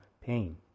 pain